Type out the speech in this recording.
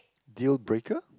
due breaker